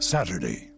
Saturday